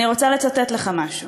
אני רוצה לצטט לך משהו: